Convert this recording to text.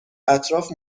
اطراف